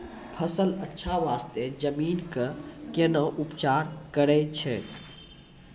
अच्छा फसल बास्ते जमीन कऽ कै ना उपचार करैय छै